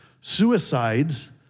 Suicides